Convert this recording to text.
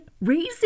raising